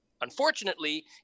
Unfortunately